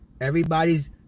Everybody's